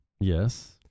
Yes